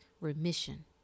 remission